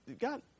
God